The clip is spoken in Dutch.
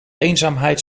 eenzaamheid